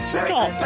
stop